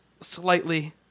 slightly